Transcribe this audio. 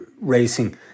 racing